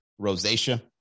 Rosacea